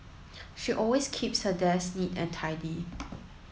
she always keeps her desk neat and tidy